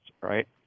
right